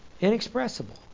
inexpressible